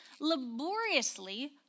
laboriously